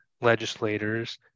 legislators